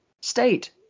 state